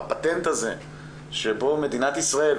הפטנט הזה שבו מדינת ישראל,